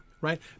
right